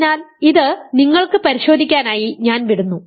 അതിനാൽ ഇത് നിങ്ങൾക്ക് പരിശോധിക്കാനായി ഞാൻ വിടുന്നു